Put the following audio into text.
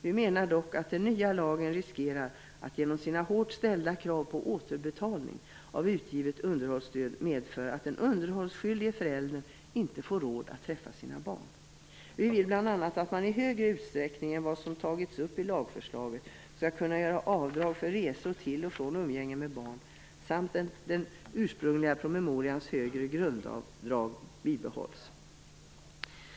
Vi menar dock att den nya lagen riskerar att genom de hårda kraven på återbetalning av utgivet underhållsstöd medföra att den underhållsskyldige föräldern inte får råd att träffa sina barn. Vi vill bl.a. att man i större utsträckning än vad som tagits upp i lagförslaget skall kunna göra avdrag för resor av och till umgänge med barn samt att den ursprungliga promemorians högre grundavdrag bibehålls.